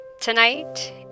Tonight